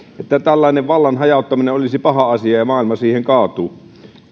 että tällainen vallan hajauttaminen olisi paha asia ja maailma siihen kaatuu